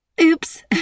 Oops